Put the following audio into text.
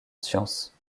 sciences